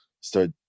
start